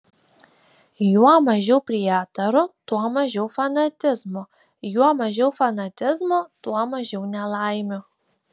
juo mažiau prietarų tuo mažiau fanatizmo juo mažiau fanatizmo tuo mažiau nelaimių